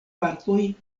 partoj